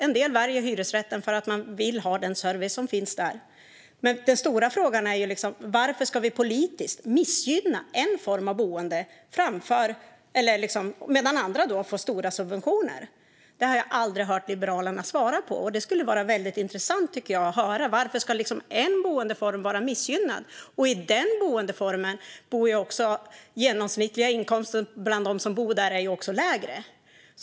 En del väljer hyresrätten för att de vill ha den service som ges där. Men den stora frågan är varför vi politiskt ska missgynna en form av boende medan andra boendeformer får stora subventioner. Det har jag aldrig hört Liberalerna svara på, och det skulle vara intressant att höra varför en boendeform ska vara missgynnad. I den boendeformen är den genomsnittliga inkomsten bland de boende lägre.